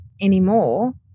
anymore